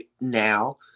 now